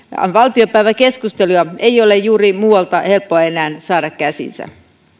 valtiopäiväkeskusteluja ei ole juuri muualta helppoa enää saada käsiinsä